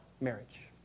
marriage